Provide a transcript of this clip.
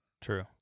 True